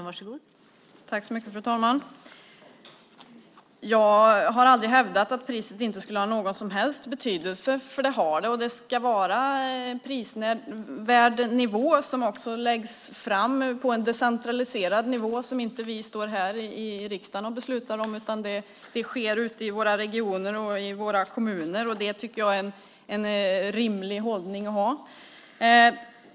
Fru talman! Jag har aldrig hävdat att priset inte skulle ha någon som helst betydelse, för det har det. Det ska vara en prisvärd nivå som läggs fram på en decentraliserad nivå. Det ska inte vi här i riksdagen besluta om. Det sker ute i våra regioner och kommuner. Det tycker jag är en rimlig hållning att ha.